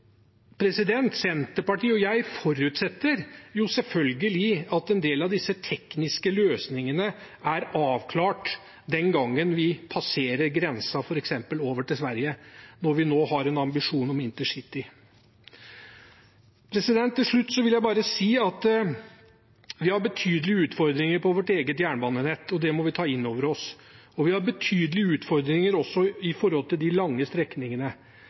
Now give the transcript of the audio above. Senterpartiet og jeg forutsetter selvfølgelig at en del av disse tekniske løsningene er avklart når vi passerer grensen f.eks. over til Sverige, når vi nå har en ambisjon om intercity. Til slutt vil jeg bare si at vi har betydelige utfordringer på vårt eget jernbanenett, og det må vi ta inn over oss. Vi har betydelige utfordringer også på de lange strekningene.